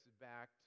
back